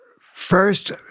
First